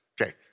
Okay